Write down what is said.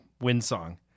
Winsong